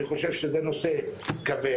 אני חושב שזה נושא כבד,